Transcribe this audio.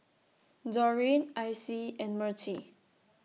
Doreen Icie and Mertie